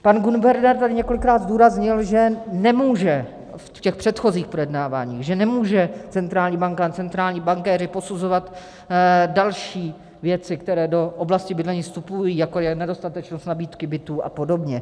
Pan guvernér tady několikrát zdůraznil, že nemůže v těch předchozích projednáváních že nemůže centrální banka a centrální bankéři posuzovat další věci, které do oblasti bydlení vstupují, jako je nedostatečnost nabídky bytů a podobně.